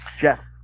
Jeff